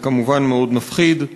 זה כמובן מאוד מפחיד.